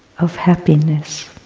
of happiness.